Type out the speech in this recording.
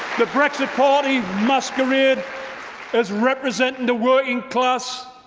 the brexit party masquerade as representing the working class,